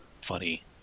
funny